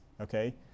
okay